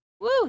Woo